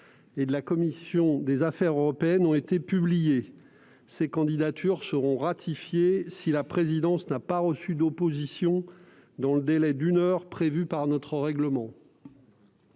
et de la commission des affaires européennes ont été publiées. Ces candidatures seront ratifiées si la présidence n'a pas reçu d'opposition dans le délai d'une heure prévu par notre règlement.